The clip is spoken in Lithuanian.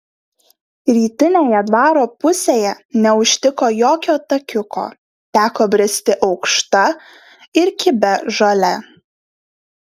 rytinėje dvaro pusėje neužtiko jokio takiuko teko bristi aukšta ir kibia žole